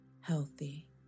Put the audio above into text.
healthy